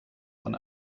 von